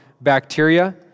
bacteria